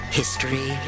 history